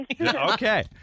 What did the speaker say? Okay